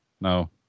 no